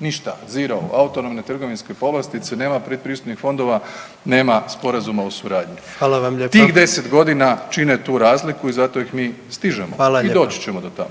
ništa, zero, autonomne trgovinske povlastice, nema pretpristupnih fondova, nema sporazuma o suradnju …/Upadica: Hvala vam lijepa./… tih 10 godina čine tu razliku i zato ih mi stižemo …/Upadica: